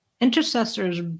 Intercessors